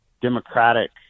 democratic